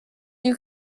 you